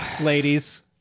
Ladies